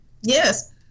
Yes